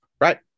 Right